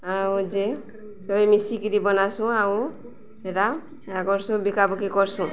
ଆଉ ଯେ ସଭି ମିଶିକିରି ବନାସୁଁ ଆଉ ସେଟା କରସୁଁ ବିକାବିକି କରସୁଁ